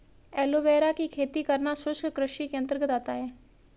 aloe vera की खेती करना शुष्क कृषि के अंतर्गत आता है